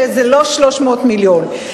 שזה לא 300 מיליון.